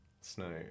snow